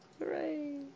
Hooray